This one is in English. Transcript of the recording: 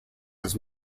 his